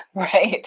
right,